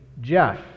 Jeff